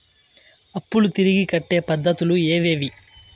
అప్పులు తిరిగి కట్టే పద్ధతులు ఏవేవి